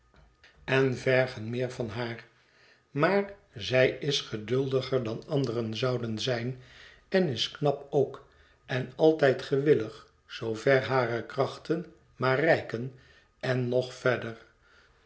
én vergen meer van haar maar zij is geduldiger dan anderen zouden zijn en is knap ook en altijd gewillig zoover hare krachten maar reiken en nog verder